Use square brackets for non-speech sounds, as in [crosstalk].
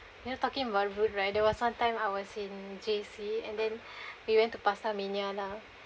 you know talking about rude right there was one time I was in J_C and then [breath] we went to pastamania lah